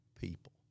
people